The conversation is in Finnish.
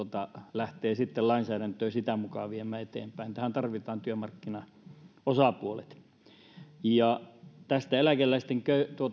lähtee sitten lainsäädäntöä sitä mukaa viemään eteenpäin tähän tarvitaan työmarkkinaosapuolet tästä eläkeläisten